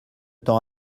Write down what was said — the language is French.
temps